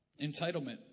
entitlement